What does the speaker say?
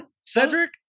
Cedric